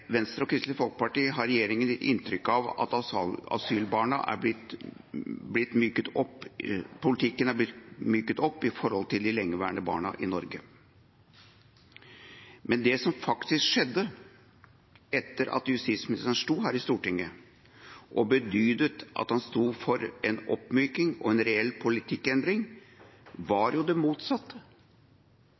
Venstre og Kristelig Folkeparti har regjeringa gitt inntrykk av at politikken er blitt myket opp med hensyn til de lengeværende barna i Norge. Men det som faktisk skjedde, etter at justisministeren sto her i Stortinget og bedyret at han sto for en oppmyking og en reell politikkendring, var jo det motsatte.